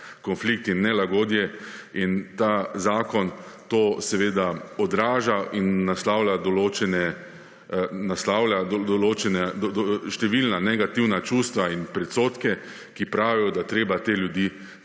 konflikt in nelagodje. In ta zakon to seveda odraža in naslavlja določena številna negativna čustva in predsodke, ki pravijo, da je treba te ljudi